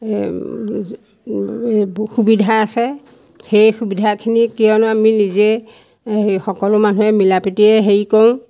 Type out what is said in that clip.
এইবোৰ সুবিধা আছে সেই সুবিধাখিনি কিয়নো আমি নিজে সকলো মানুহে মিলা প্ৰীতিৰে হেৰি কৰোঁ